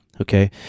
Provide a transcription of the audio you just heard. okay